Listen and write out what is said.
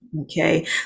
Okay